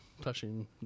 touching